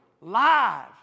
live